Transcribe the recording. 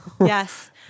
Yes